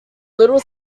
little